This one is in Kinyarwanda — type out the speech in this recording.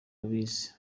babizi